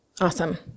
Awesome